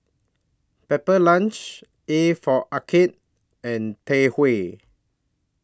Pepper Lunch A For Arcade and Tai Hua